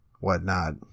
whatnot